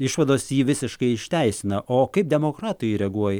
išvados jį visiškai išteisina o kaip demokratai reaguoja